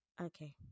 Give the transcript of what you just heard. okay